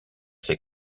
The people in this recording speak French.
ses